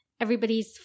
everybody's